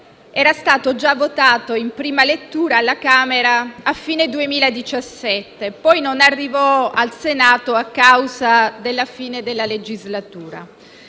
già stato votato in prima lettura alla Camera alla fine del 2017, ma poi non arrivò al Senato a causa della fine della legislatura.